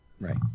right